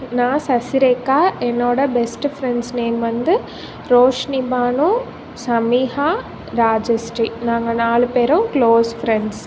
நான் சசிரேக்கா என்னோடய best friends name வந்து ரோஷினி பானு சமீகா ராஜஸ்ரீ நாங்கள் நாலு பேரும் க்ளோஸ் ஃப்ரெண்ட்ஸ்